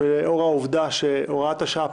ושיקום כלכלי (תיקון מס' 3) (הוראת שעה